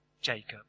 Jacob